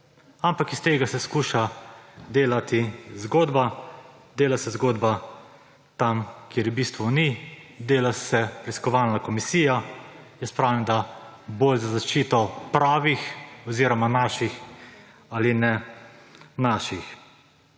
Ampak iz tega se skuša delati zgodba; dela se zgodba tam, kjer je v bistvu ni, dela se preiskovalna komisija, jaz pravim, da bolj za zaščito pravih oziroma »naših« ali »ne naših«.